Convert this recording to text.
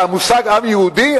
על המושג עם יהודי,